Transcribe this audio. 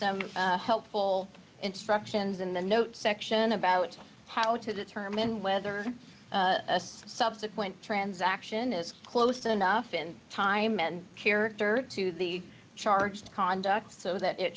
some helpful instructions in the note section about how to determine whether a subsequent transaction is close enough in time and character to the charge to conduct so that it